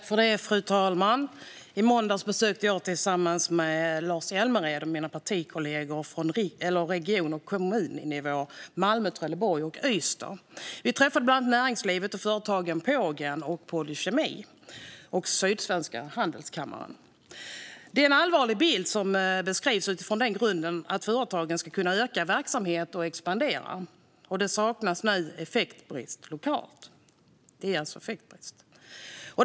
Fru talman! I måndags besökte jag tillsammans med Lars Hjälmered och mina partikollegor från region och kommunnivå Malmö, Trelleborg och Ystad. Vi träffade bland annat näringslivet, företagen Pågen och Polykemi samt Sydsvenska handelskammaren. Det är en allvarlig bild som beskrivs utifrån grunden att företagen ska kunna utöka sin verksamhet och expandera. Det saknas nu effekt lokalt - det råder alltså effektbrist.